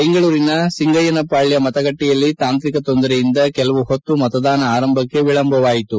ಬೆಂಗಳೂರಿನ ಸಿಂಗಯ್ಥನಪಾಳ್ಯ ಮತಗಟ್ಟೆಯಲ್ಲಿ ತಾಂತ್ರಿಕ ತೊಂದರೆಯಿಂದ ಕೆಲವು ಹೊತ್ತು ಮತದಾನ ಆರಂಭಕ್ಕೆ ವಿಳಂಬವಾಯಿತು